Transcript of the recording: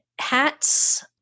hats